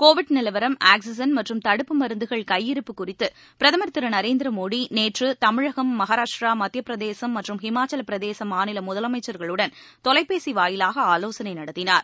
Covid நிலவரம் oxygen மற்றும் தடுப்பு மருந்துகள் கையிருப்பு குறித்து பிரதமர் திரு நரேந்திர மோடி நேற்று தமிழகம் மஹாராஷ்ட்ரா மத்தியப்பிரதேசம் மற்றும் ஹிமாச்சலப்பிரதேச மாநில முதலமைச்சர்களுடன் தொலைபேசி வாயிலாக ஆலோசனை நடத்தினார்